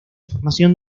formación